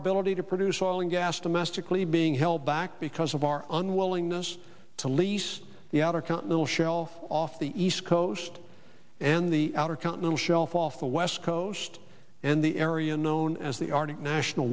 ability to produce oil and gas domestically being held back because of our unwillingness to lease the outer continental shelf off the east coast and the outer continental shelf off the west coast and the area known as the arctic national